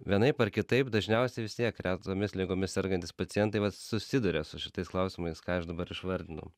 vienaip ar kitaip dažniausiai vis tiek retomis ligomis sergantys pacientai vat susiduria su šitais klausimais ką aš dabar išvardinau